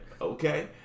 okay